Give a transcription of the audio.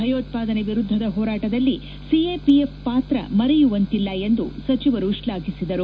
ಭಯೋತ್ಪಾದನೆ ವಿರುದ್ಧದ ಹೋರಾಟದಲ್ಲಿ ಸಿಎಪಿಎಫ್ ಪಾತ್ರ ಮರೆಯುವಂತಿಲ್ಲ ಎಂದು ಸಚಿವರು ಶ್ಲಾಘಿಸಿದರು